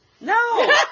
No